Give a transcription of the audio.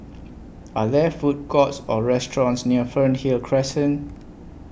Are There Food Courts Or restaurants near Fernhill Crescent